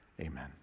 Amen